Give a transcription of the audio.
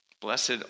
Blessed